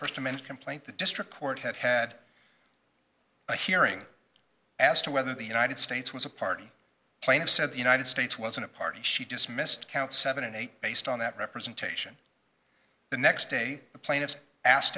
first dimension complaint the district court had had a hearing as to whether the united states was a party plain of said the united states wasn't a party she dismissed count seven and eight based on that representation the next day the plaintiffs asked